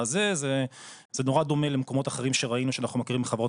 זה נורא דומה למקומות אחרים שראינו שאנחנו מכירים חברות